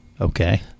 Okay